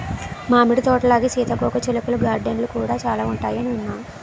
మామిడి తోటలాగే సీతాకోకచిలుకల గార్డెన్లు కూడా చాలా ఉంటాయని విన్నాను